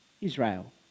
Israel